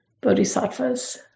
bodhisattvas